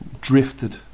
Drifted